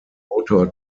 motor